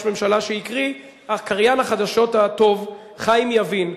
ממשלה שהקריא קריין החדשות הטוב חיים יבין.